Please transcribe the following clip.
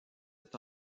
est